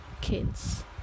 kids